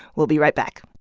we'll be right back